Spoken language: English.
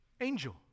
angel